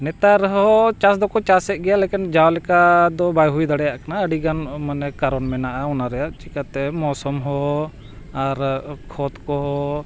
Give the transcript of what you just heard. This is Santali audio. ᱱᱮᱛᱟᱨ ᱦᱚᱸ ᱪᱟᱥ ᱫᱚᱠᱚ ᱪᱟᱥᱮᱫ ᱜᱮᱭᱟ ᱞᱮᱠᱟᱱ ᱡᱟᱣ ᱞᱮᱠᱟ ᱫᱚ ᱵᱟᱭ ᱦᱩᱭ ᱫᱟᱲᱮᱭᱟᱜ ᱠᱟᱱᱟ ᱟᱹᱰᱤ ᱜᱟᱱ ᱢᱟᱱᱮ ᱠᱟᱨᱚᱱ ᱢᱮᱱᱟᱜᱼᱟ ᱚᱱᱟ ᱨᱮᱱᱟᱜ ᱪᱤᱠᱟᱹᱛᱮ ᱢᱳᱣᱥᱚᱢ ᱦᱚᱸ ᱟᱨ ᱠᱷᱚᱛ ᱠᱚᱦᱚᱸ